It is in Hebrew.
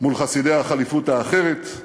מול חסידי הח'ליפות האחרת,